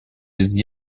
без